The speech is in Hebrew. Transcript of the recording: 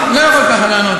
אפשר יהיה לשלם פיצויים.